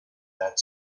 that